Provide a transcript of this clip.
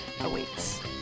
awaits